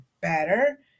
better